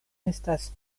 estas